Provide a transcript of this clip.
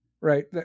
right